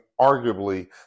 arguably